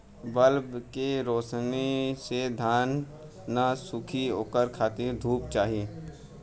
bulb के रौशनी से धान न सुखी ओकरा खातिर धूप चाही